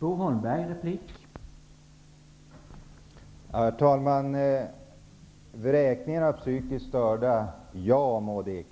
Herr talman! Ja, Maud Ekendahl, det sker vräkningar av psykiskt störda, men det